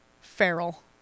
Feral